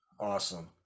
Awesome